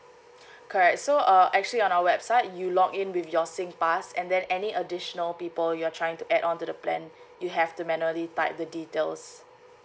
correct so uh actually on our website you log in with your singpass and then any additional people you're trying to add on to the plan you have to manually type the details